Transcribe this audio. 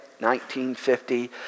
1950